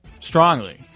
strongly